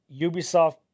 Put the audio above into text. Ubisoft